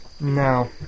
No